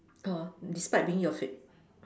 orh despite being your fav~